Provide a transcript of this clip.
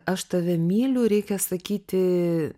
aš tave myliu reikia sakyti